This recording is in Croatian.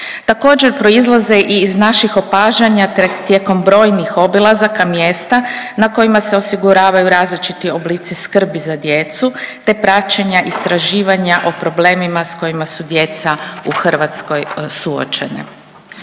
Također, proizlaze i iz naših opažanja tijekom brojnih obilazaka mjesta na kojima se osiguravaju različiti oblici skrbi za djecu te praćenja istraživanja o problemima s kojima su djeca u Hrvatskog suočena.